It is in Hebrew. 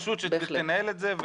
רשות שתנהל את זה.